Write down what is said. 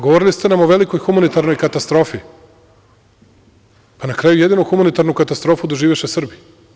Govorili ste nam o velikoj humanitarnoj katastrofi, pa na kraju jedinu humanitarnu katastrofu doživeše Srbi.